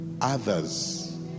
others